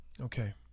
okay